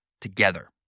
together